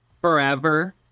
forever